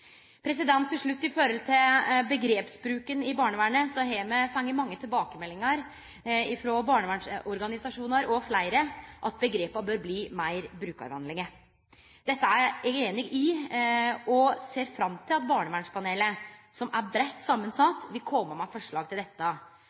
Til slutt: Når det gjeld omgrepsbruken i barnevernet, har me fått mange tilbakemeldingar frå barnevernsorganisasjonar og fleire om at omgrepa bør bli meir brukarvenlege. Dette er eg einig i, og eg ser fram til at barnevernspanelet, som er breitt samansett, vil kome med forslag til dette.